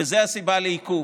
וזו הסיבה לעיכוב.